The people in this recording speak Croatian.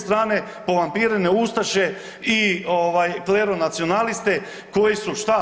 strane povampirene ustaše i kleronacionaliste koji su, šta?